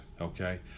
Okay